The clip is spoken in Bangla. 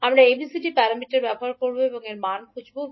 আমরা ABCD প্যারামিটার ব্যবহার করব এবং এর মান খুঁজে বের করব